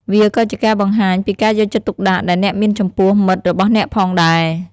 វាក៏ជាការបង្ហាញពីការយកចិត្តទុកដាក់ដែលអ្នកមានចំពោះមិត្តរបស់អ្នកផងដែរ។